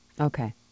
Okay